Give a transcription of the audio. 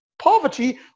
Poverty